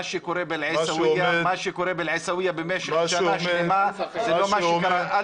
מה שקורה בעיסאוויה במשך --- מה שעומד --- מה